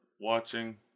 watching